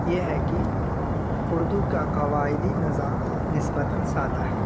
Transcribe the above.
یہ ہے کہ اردو کا قواعدی نظام نسبتاً سادہ ہے